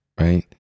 right